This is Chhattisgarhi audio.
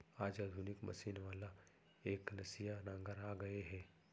आज आधुनिक मसीन वाला एकनसिया नांगर आ गए हे